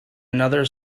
another